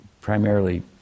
primarily